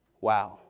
Wow